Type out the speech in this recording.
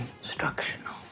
instructional